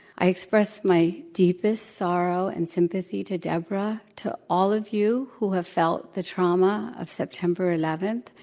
i express my deepest sorrow and sympathy to debra, to all of you who have felt the trauma of september eleven.